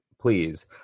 please